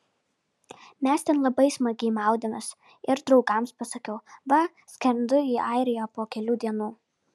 mes ten labai smagiai maudėmės ir draugams pasakiau va skrendu į airiją po kelių dienų